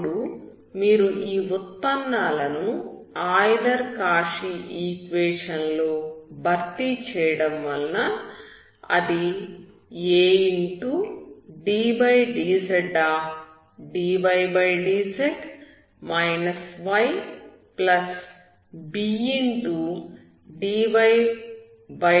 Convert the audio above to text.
ఇప్పుడు మీరు ఈ ఉత్పన్నాలను ఆయిలర్ కౌచీ ఈక్వేషన్ లో భర్తీ చేయడం వల్ల అది addzdydz ybdydzcy0 అవుతుంది